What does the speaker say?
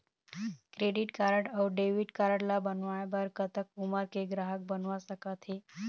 Credit card अऊ debit card ला बनवाए बर कतक उमर के ग्राहक बनवा सका थे?